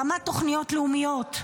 ברמת תוכניות לאומיות.